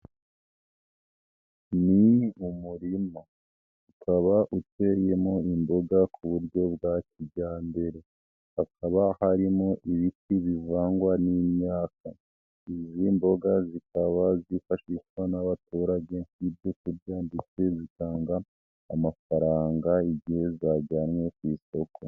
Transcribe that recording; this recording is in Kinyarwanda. Ni mu murimo ukaba uteyemo imboga ku buryo bwa kijyambere, hakaba harimo ibiti bivangwa n'imyaka, izi mboga zikaba zifashishwa n'abaturage nk'ibyo kurya ndetse zitanga amafaranga igihe zajyanwe ku isoko.